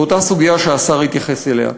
בסוגיה שהשר התייחס אליה: